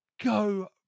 go